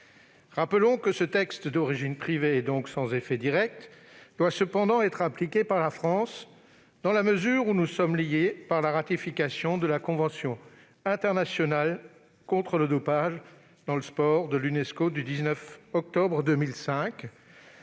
Rappelons que ce texte d'origine privée, donc sans effet direct, doit néanmoins être appliqué par la France, dans la mesure où nous sommes liés par la ratification de la convention internationale contre le dopage dans le sport de l'Unesco du 19 octobre 2005,